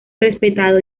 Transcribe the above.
respetado